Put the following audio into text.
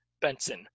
Benson